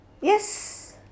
Yes